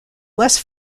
less